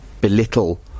belittle